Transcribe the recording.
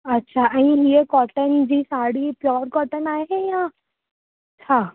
अच्छा ऐं इहा कोटन जी साड़ी प्योर कोटन आहे या छा